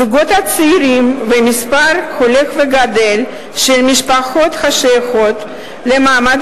זוגות צעירים ומספר הולך וגדל של משפחות השייכות למעמד